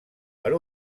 per